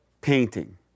painting